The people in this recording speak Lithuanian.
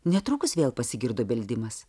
netrukus vėl pasigirdo beldimas